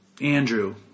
Andrew